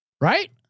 Right